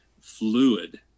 fluid